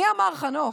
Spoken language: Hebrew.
מי אמר את זה, חנוך,